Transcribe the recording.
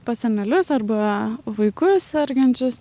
pas senelius arba vaikus sergančius